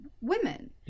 women